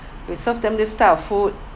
we serve them this type of food